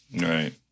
Right